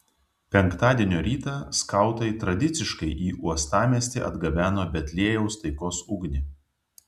penktadienio rytą skautai tradiciškai į uostamiestį atgabeno betliejaus taikos ugnį